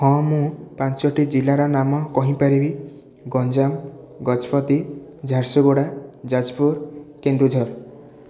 ହଁ ମୁଁ ପାଞ୍ଚଟି ଜିଲ୍ଲାର ନାମ କହିପାରିବି ଗଞ୍ଜାମ ଗଜପତି ଝାରସୁଗୁଡ଼ା ଯାଜପୁର କେନ୍ଦୁଝର